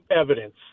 evidence